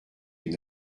une